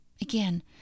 Again